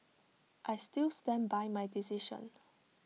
I still stand by my decision